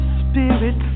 spirit